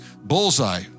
bullseye